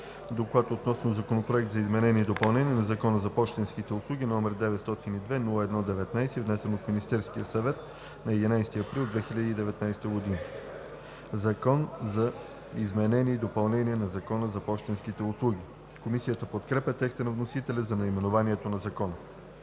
„Доклад относно Законопроект за изменение и допълнение на Закона за пощенските услуги, № 902-01-19, внесен от Министерския съвет на 11 април 2019 г. „Закон за изменение и допълнение на Закона за пощенските услуги“.“ Комисията подкрепя текста на вносителя за наименованието на Закона.